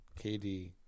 KD